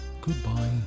goodbye